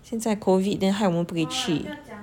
现在 COVID then 害我们不可以去